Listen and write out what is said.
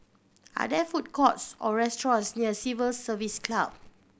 are there food courts or restaurants near Civil Service Club